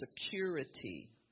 security